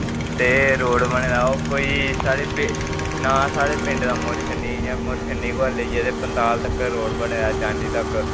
जेहडा रौड बने दा ओह् ना साडे पिंड दा मुरशनी कोला लेइयै पंढताल तकर रौड बने दा जांडी तक